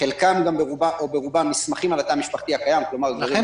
חלקם או ברובם נסמכים על התא המשפחתי הקיים --- לכן